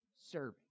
serving